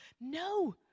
No